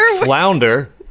flounder